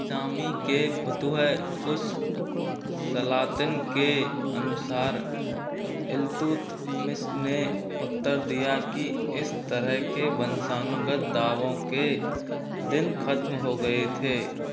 सामी के फ़ुतुह उस सलातिन के अनुसार इल्तुतमिश ने उत्तर दिया की इस तरह के वंशानुगत दावों के दिन खत्म हो गए थे